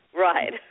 Right